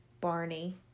Barney